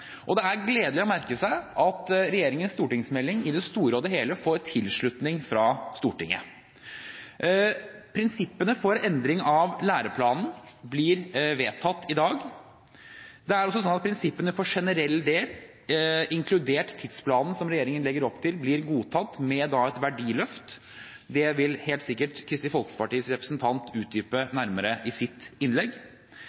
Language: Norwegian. Det er gledelig å merke seg at regjeringens stortingsmelding i det store og det hele får tilslutning fra Stortinget. Prinsippene for endring av læreplanen blir vedtatt i dag. Det er også sånn at prinsippene for generell del, inkludert tidsplanen som regjeringen legger opp til, blir godtatt – med et verdiløft. Det vil helt sikkert Kristelig Folkepartis representant utdype